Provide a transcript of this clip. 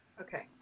Okay